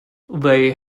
they